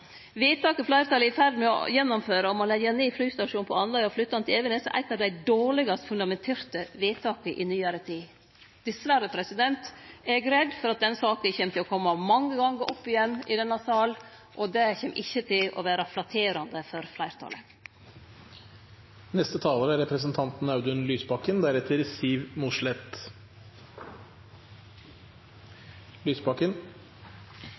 Vedtaket fleirtalet er i ferd med å gjennomføre om å leggje ned flystasjonen på Andøya og flytte han til Evenes, er eit av dei dårlegast fundamenterte vedtaka i nyare tid. Eg er dessverre redd for at denne saka kjem til å kome opp igjen i denne salen mange gongar, og det kjem ikkje til å vere flatterande for fleirtalet. La oss oppsummere. Luftvernargumentet er